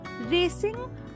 racing